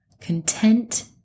Content